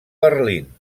berlín